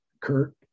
kurt